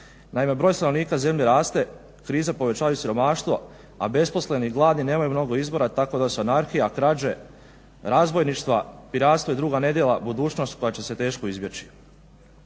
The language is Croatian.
Naime broj stanovnika Zemlje raste, kriza povećava i siromaštvo, a besposleni i gladni nemaju mnogo izbora tako da su anarhija, krađe, razbojništva, piratstva i druga nedjela budućnost koja će se teško izbjeći.